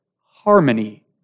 harmony